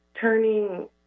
turning